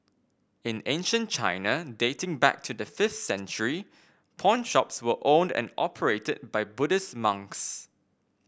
in ancient China dating back to the fifth century pawnshops were owned and operated by Buddhist monks